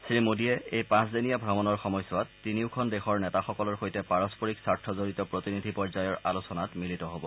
শ্ৰীমোডীয়ে এই পাঁচ দিনীয়া ভ্ৰমণসূচীত তিনিখনৰ দেশৰ নেতাসকলৰ সৈতে পাৰস্পৰিক স্বাৰ্থজড়িত প্ৰতিনিধি পৰ্যায়ৰ আলোচনাত মিলিত হব